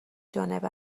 جانب